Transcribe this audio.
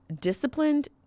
disciplined